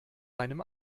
meinem